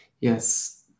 yes